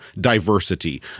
Diversity